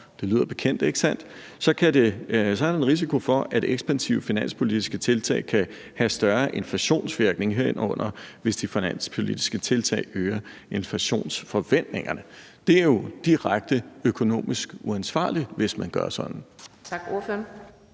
det lyder bekendt, ikke sandt? – så er der en risiko for, at ekspansive finanspolitiske tiltag kan have større inflationsvirkning, herunder hvis de finanspolitiske tiltag øger inflationsforventningerne. Det er jo direkte økonomisk uansvarligt, hvis man gør sådan. Kl. 11:16 Fjerde